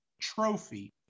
trophy